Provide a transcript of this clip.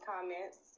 comments